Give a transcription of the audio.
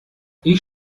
ich